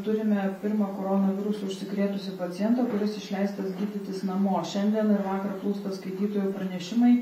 turime pirmą koronavirusu užsikrėtusį pacientą kuris išleistas gydytis namo šiandien ir vakar plūsta skaitytojų pranešimai